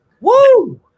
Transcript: Woo